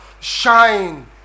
shine